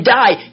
die